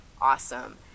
awesome